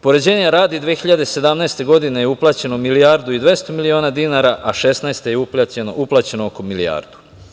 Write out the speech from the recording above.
Poređenja radi 2017. godine je uplaćeno milijardu i 200 miliona dinara a 2016. godine je uplaćeno oko milijardu.